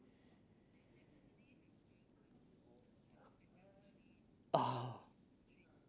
oh